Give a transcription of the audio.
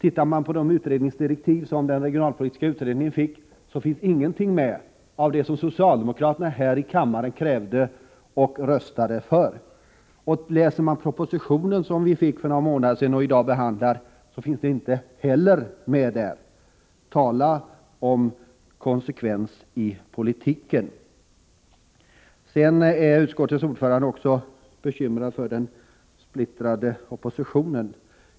Ser man på de utredningsdirektiv som den regionalpolitiska utredningen fick, finner man att ingenting är med av det som socialdemokraterna här i kammaren krävde och röstade för. Inte heller i propositionen, som vi fick för några månader sedan och behandlar i dag, finns det med något av detta. Tala om konsekvens i politiken! Utskottets ordförande är också bekymrad för den splittrade oppositionen.